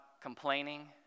complaining